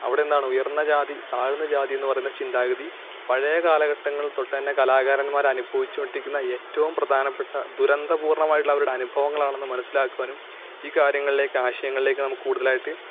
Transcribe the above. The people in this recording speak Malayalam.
അവിടെ എന്താണ് ഉയർന്ന ജാതി താഴ്ന്ന ജാതി എന്ന് പറയുന്ന ചിന്താഗതി പഴയ കാലഘട്ടങ്ങൾ തൊട്ടുതന്നെ കലാകാരന്മാർ അനുഭവിച്ച് കൊണ്ടിരിക്കുന്ന ഏറ്റവും പ്രധാനപ്പെട്ട ദുരന്തപൂർണമായിട്ടുള്ള അവരുടെ അനുഭവങ്ങളാണെന്ന് മനസ്സിലാക്കുവാനും ഈ കാര്യങ്ങളിലേക്ക് ആശയങ്ങളിലേക്ക് നമുക്ക് കൂടുതലായിട്ട്